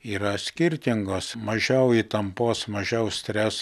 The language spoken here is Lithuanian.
yra skirtingos mažiau įtampos mažiau stres